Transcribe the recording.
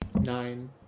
Nine